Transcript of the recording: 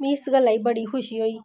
मिगी इस गल्ला दी बड़ी खुशी होई